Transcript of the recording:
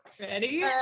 Ready